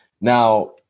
now